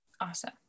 Awesome